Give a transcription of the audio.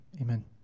Amen